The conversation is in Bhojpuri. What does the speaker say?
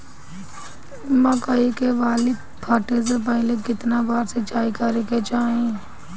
मकई के बाली फूटे से पहिले केतना बार सिंचाई करे के चाही?